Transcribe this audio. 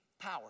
power